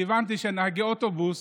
כי הבנתי שנהגי האוטובוס